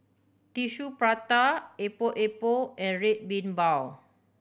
Tissue Prata Epok Epok and Red Bean Bao